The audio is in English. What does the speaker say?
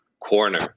corner